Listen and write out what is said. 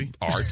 art